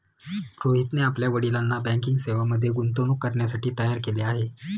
रोहितने आपल्या वडिलांना बँकिंग सेवांमध्ये गुंतवणूक करण्यासाठी तयार केले आहे